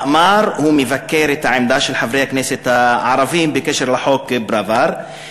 במאמר הוא מבקר את העמדה של חברי הכנסת הערבים בקשר לחוק פראוור,